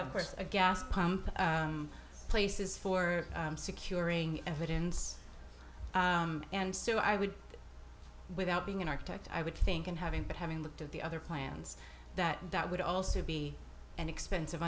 of course a gas pump places for securing evidence and so i would without being an architect i would think and having but having looked at the other plans that that would also be an expensive